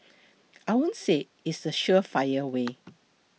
I won't say it's the surefire way